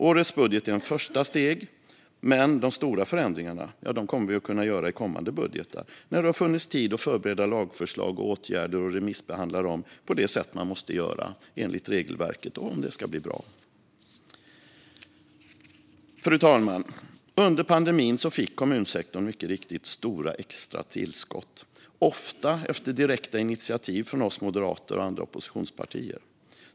Årets budget är ett första steg, men de stora förändringarna kommer vi att kunna göra i kommande budgetar när det funnits tid att förbereda lagförslag och åtgärder och remissbehandla dem på det sätt man måste göra enligt regelverket om det ska bli bra. Fru talman! Under pandemin fick kommunsektorn mycket riktigt stora extra tillskott, ofta efter direkta initiativ från oss moderater och andra oppositionspartier.